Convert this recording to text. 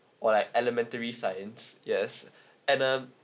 or like elementary science yes and um